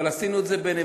אבל עשינו את זה בנאמנות,